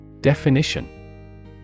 Definition